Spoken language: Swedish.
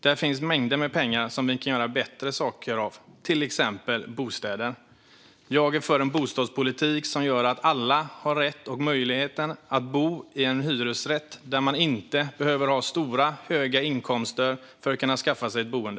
Där finns mängder med pengar som vi kan göra bättre saker med, till exempel bygga bostäder. Jag är för en bostadspolitik som gör att alla har rätt och möjlighet att bo i en hyresrätt och att man inte behöver ha höga inkomster för att kunna skaffa sig ett boende.